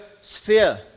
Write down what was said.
sphere